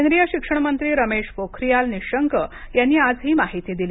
केंद्रीय शिक्षण मंत्री रमेश पोखरीयाल निशंक यांनी आज ही माहिती दिली